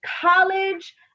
college